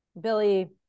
Billy